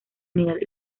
unidad